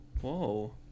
Whoa